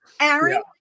Aaron